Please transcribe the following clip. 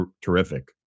Terrific